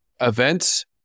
events